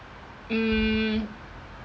mm